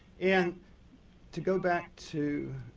and to go back to